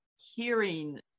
hearing